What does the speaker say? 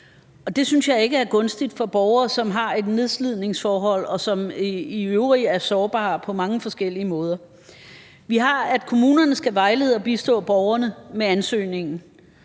det synes jeg ikke er gunstigt for borgere, som har et nedslidningsforhold, og som i øvrigt er sårbare på mange forskellige måder. Vi har, at kommunerne skal vejlede og bistå borgerne med ansøgningen